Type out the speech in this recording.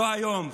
לא היום,